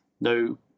no